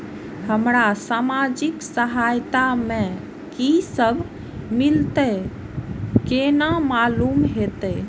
हमरा सामाजिक सहायता में की सब मिलते केना मालूम होते?